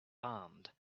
armed